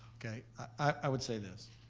okay, i would say this.